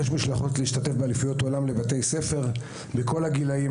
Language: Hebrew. משלחות להשתתף באליפויות עולם לבתי ספר בכל הגילים.